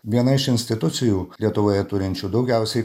viena iš institucijų lietuvoje turinčių daugiausiai